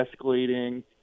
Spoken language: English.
escalating